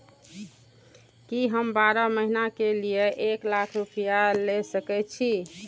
की हम बारह महीना के लिए एक लाख रूपया ले सके छी?